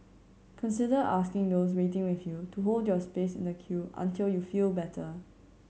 consider asking those waiting with you to hold your space in the queue until you feel better